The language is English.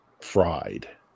fried